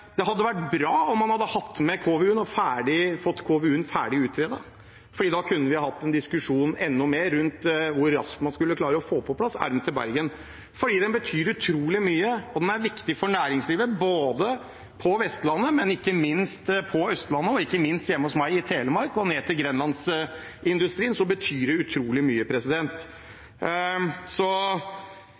fått KVU-en ferdig utredet, for da kunne vi hatt en diskusjon enda mer rundt hvor raskt man skulle klare å få på plass armen til Bergen, for den betyr utrolig mye. Den er viktig for næringslivet på Vestlandet, men ikke minst på Østlandet. Ikke minst hjemme hos meg, i Telemark, og ned til Grenlandsindustrien, betyr det utrolig mye.